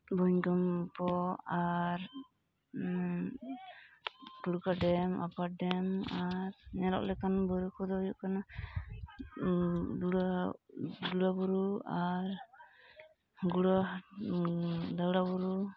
ᱵᱷᱩᱢᱤᱠᱚᱢᱯᱚ ᱟᱨ ᱴᱩᱲᱜᱟ ᱰᱮᱢ ᱟᱯᱟᱨ ᱰᱮᱢ ᱟᱨ ᱧᱮᱞᱚᱜ ᱞᱮᱠᱟᱱ ᱵᱩᱨᱩ ᱠᱚᱫᱚ ᱦᱩᱭᱩᱜ ᱠᱟᱱᱟ ᱰᱩᱲᱟ ᱵᱩᱨᱩ ᱟᱨ ᱜᱩᱲᱟ ᱫᱟᱣᱲᱟ ᱵᱩᱨᱩ